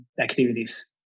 activities